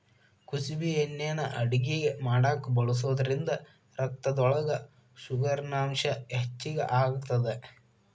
ಕುಸಬಿ ಎಣ್ಣಿನಾ ಅಡಗಿ ಮಾಡಾಕ ಬಳಸೋದ್ರಿಂದ ರಕ್ತದೊಳಗ ಶುಗರಿನಂಶ ಹೆಚ್ಚಿಗಿ ಆಗತ್ತದ